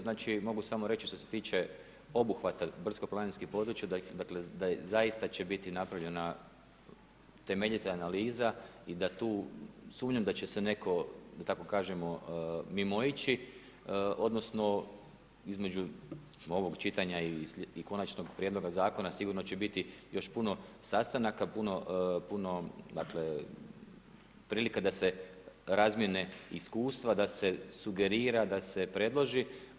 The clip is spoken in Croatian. Znači mogu samo reći što se tiče obuhvata brdsko-planinskih područja dakle da zaista će biti napravljena temeljita analiza i da tu sumnjam da će se netko da tako kažemo mimoići, odnosno između ovog čitanja i konačnog prijedloga zakona sigurno će biti još puno sastanaka, puno dakle prilika da se razmjene iskustva, da se sugerira, da se preloži.